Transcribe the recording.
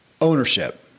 ownership